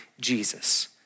Jesus